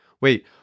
wait